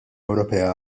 ewropea